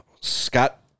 Scott